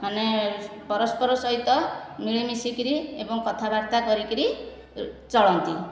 ମାନେ ପରସ୍ପର ସହିତ ମିଳିମିଶିକରି ଏବଂ କଥାବାର୍ତ୍ତା କରିକରି ଚଳନ୍ତି